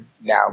now